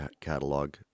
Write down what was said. catalog